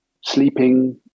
sleeping